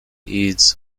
eads